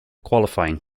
qualifying